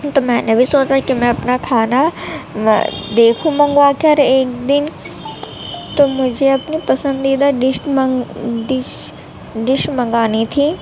تو میں نے بھی سوچا کہ میں اپنا کھانا دیکھوں منگوا کر ایک دن تو مجھے اپنی پسندیدہ ڈش منگ ڈش ڈش منگانی تھی